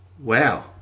wow